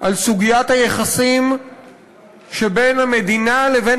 על סוגיית היחסים שבין המדינה לבין